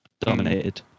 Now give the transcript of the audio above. dominated